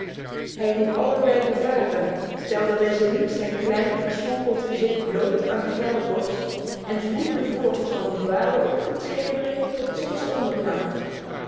hij liep allerlei gevaren stelde resoluut zijn klein verschrompeld gezicht bloot aan de felle vorst en zwoegde voort van de vale ochtendschemering tot zonsondergang